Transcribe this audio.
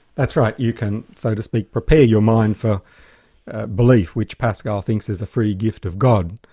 that's right. you can, so to speak, prepare your mind for belief, which pascal thinks is a free gift of god.